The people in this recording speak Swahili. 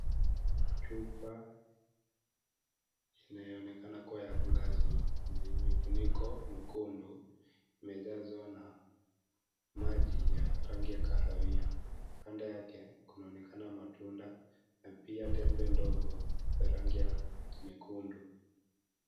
Chupa zinaonekana kuwa ya glasi na yenye funiko nyekundu, imejazwa na maji ya rangi ya kahawia. Pande yake kunaonekana matunda na pia tembe ndogo za rangi ya nyekundu.